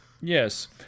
Yes